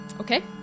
Okay